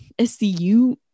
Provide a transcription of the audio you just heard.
SCU